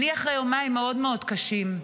אני אחרי יומיים מאוד מאוד קשים.